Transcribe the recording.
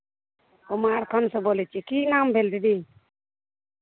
कुमारखंडसँ बोलै छी की नाम भेल दीदी